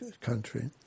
country